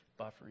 Buffering